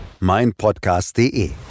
meinpodcast.de